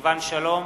סילבן שלום,